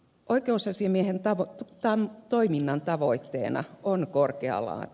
oikeusasiamiehen toiminnan tavoitteena on korkea laatu